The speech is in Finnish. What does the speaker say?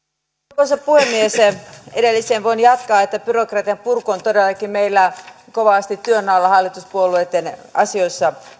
arvoisa puhemies edelliseen voin jatkaa että byrokratian purku on todellakin meillä kovasti työn alla hallituspuolueitten asioissa